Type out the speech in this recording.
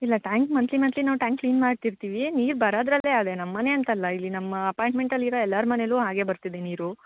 ಇಲ್ಲ tank monthly monthly ನಾವು tank clean ಮಾಡ್ತಿರ್ತಿವಿ ನೀರು ಬರೋದರಲ್ಲೇ ಅದೇ ನಮ್ಮ ಮನೆಯಂತಲ್ಲ ಇಲ್ಲಿ ನಮ್ಮ ಅಪಾಯಂಟ್ಮೆಂಟಲ್ಲಿ ಇರೋ ಎಲ್ಲಾರ ಮನೆಯಲ್ಲು ಹಾಗೆ ಬರ್ತಿದೆ ನೀರು